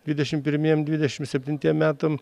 dvidešim pirmiem dvidešim septintiem metam